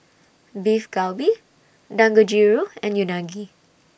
Beef Galbi Dangojiru and Unagi